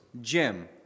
Jim